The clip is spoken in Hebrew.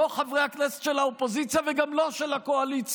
לא חברי הכנסת של האופוזיציה וגם לא של הקואליציה.